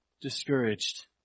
discouraged